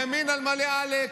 ימין על מלא, עלק.